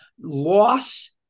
Loss